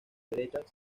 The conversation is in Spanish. derecha